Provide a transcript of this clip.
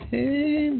Hey